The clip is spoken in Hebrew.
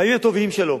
בימים הטובים שלו.